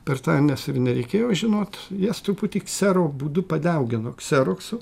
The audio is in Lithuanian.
per tą nes ir nereikėjo žinot jas truputį ksero būdu padeugino kseroksu